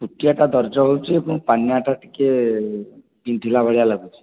ପୁଟିଆଟା ଦରଜ ହୋଇଛି ଏବଂ ପାନ୍ନା ଟା ଟିକେ ବିନ୍ଧିଲା ଭଳିଆ ଲାଗୁଛି